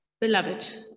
Beloved